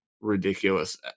ridiculous